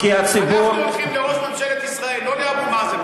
אנחנו הולכים לראש ממשלת ישראל, לא לאבו מאזן.